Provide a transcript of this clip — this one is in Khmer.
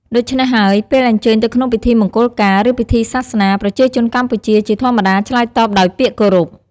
ដូច្នេះហើយ ពេលអញ្ជើញទៅក្នុងពិធីមង្គលការ ឬពិធីសាសនា ប្រជាជនកម្ពុជាជាធម្មតាឆ្លើយតបដោយពាក្យគោរព។